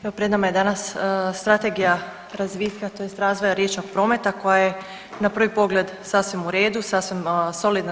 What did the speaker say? Evo pred nama je danas Strategija razvitka, tj. razvoja riječnog prometa koja je na prvi pogled sasvim u redu, sasvim solidna.